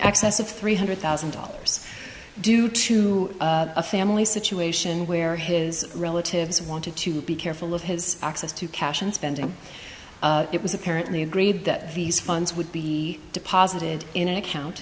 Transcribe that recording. excess of three hundred thousand dollars due to a family situation where his relatives wanted to be careful of his access to cash and spending it was apparently agreed that these funds would be deposited in an account